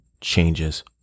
changes